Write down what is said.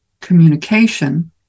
communication